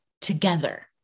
together